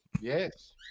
yes